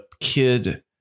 kid